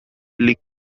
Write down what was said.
league